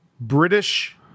British